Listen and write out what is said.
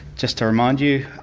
just to remind you.